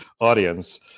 audience